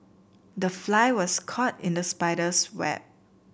the fly was caught in the spider's web